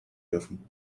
dürfen